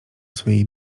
swojej